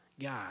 God